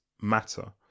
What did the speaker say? Matter